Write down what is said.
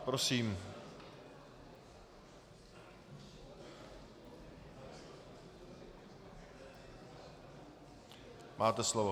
Prosím, máte slovo.